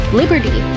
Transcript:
liberty